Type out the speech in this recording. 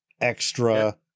extra